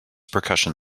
percussion